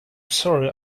sorry